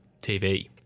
TV